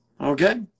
Okay